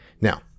Now